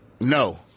no